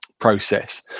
process